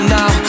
now